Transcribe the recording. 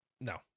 no